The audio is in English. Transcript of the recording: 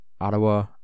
ottawa